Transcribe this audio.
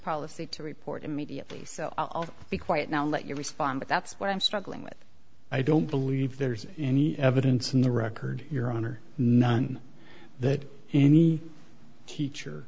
policy to report immediately so i'll be quiet now let you respond but that's what i'm struggling with i don't believe there's any evidence in the record your honor none that any teacher